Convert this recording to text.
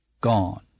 gone